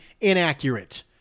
inaccurate